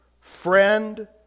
friend